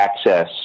access